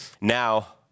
now